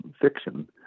fiction